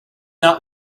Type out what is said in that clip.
not